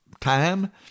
time